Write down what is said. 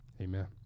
Amen